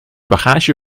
bagage